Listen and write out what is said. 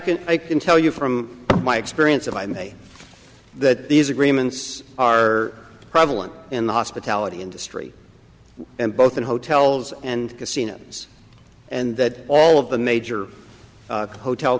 can tell you from my experience if i may that these agreements are prevalent in the hospitality industry and both in hotels and casinos and that all of the major hotel